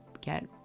get